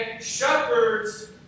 Shepherds